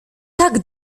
tak